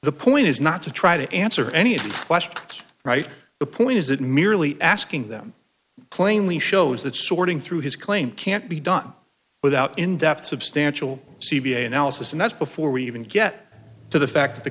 the point is not to try to answer any questions right the point is it merely asking them plainly shows that sorting through his claim can't be done without in depth substantial c v a analysis and that's before we even get to the